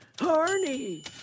horny